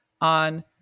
on